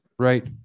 Right